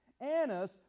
Annas